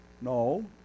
No